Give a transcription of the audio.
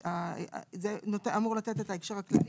זה אמור לתת את ההקשר הכללי.